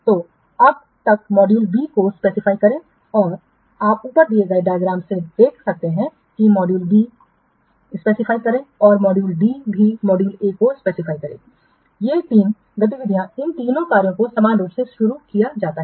तो अब तब मॉड्यूल बी को निर्दिष्ट करें और आप ऊपर दिए डायग्राम से देख सकते हैं कि मॉड्यूल बी निर्दिष्टspcify करें और मॉड्यूल डी भी मॉड्यूल ए को निर्दिष्ट करें ये तीन गतिविधियां इन तीनों कार्यों को समान रूप से शुरू किया जाता है